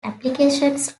applications